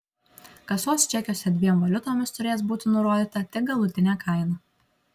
kasos čekiuose dviem valiutomis turės būti nurodyta tik galutinė kaina